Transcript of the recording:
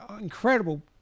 incredible